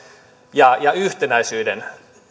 ja ja yhtenäisyyden